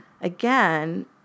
again